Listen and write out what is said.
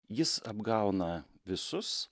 jis apgauna visus